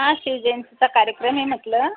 हा शिवजयंतीचा कार्यक्रम आहे म्हटलं